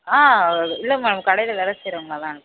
ஆ இல்லை மேம் கடையில் வேலை செய்கிறவங்கள தான் அனுப்பு